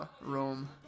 Rome